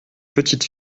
petite